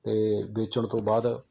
ਅਤੇ ਵੇਚਣ ਤੋਂ ਬਾਅਦ